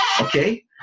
Okay